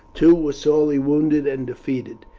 two were sorely wounded and defeated.